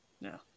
no